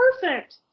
perfect